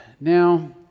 Now